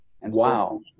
Wow